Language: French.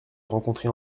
rencontré